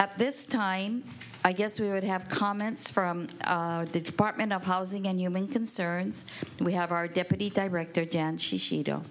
at this time i guess we would have comments from the department of housing and human concerns and we have our deputy director jan she don't